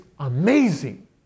amazing